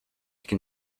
can